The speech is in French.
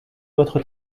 votre